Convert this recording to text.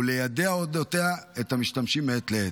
וליידע על אודותיה את המשתמשים מעת לעת.